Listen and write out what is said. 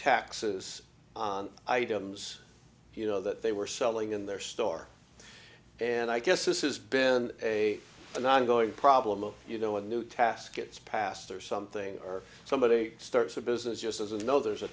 taxes on items you know that they were selling in their store and i guess this is been a an ongoing problem of you know a new task gets passed or something or somebody starts a business just as a no there's a